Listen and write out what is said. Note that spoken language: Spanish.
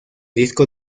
disco